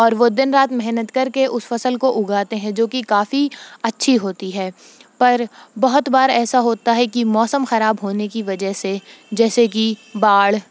اور وہ دن رات محنت کر کے اس فصل کو اگاتے ہیں جوکہ کافی اچھی ہوتی ہے پر بہت بار ایسا ہوتا ہے کہ موسم خراب ہونے کی وجہ سے جیسے کہ باڑھ